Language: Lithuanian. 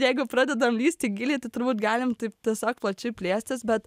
jeigu pradedam lįsti giliai tai turbūt galim taip tiesiog plačiai plėstis bet